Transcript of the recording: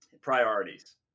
Priorities